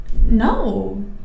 No